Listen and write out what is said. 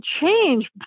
change